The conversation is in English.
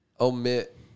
omit